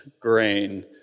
grain